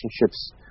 relationships